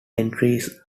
entries